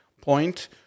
point